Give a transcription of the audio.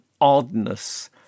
oddness